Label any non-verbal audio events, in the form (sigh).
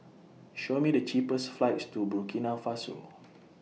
Show Me The cheapest flights to Burkina Faso (noise)